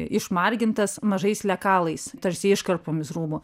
išmargintas mažais lekalais tarsi iškarpomis rūbų